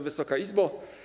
Wysoka Izbo!